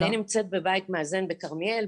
אני נמצאת בבית מאזן בכרמיאל,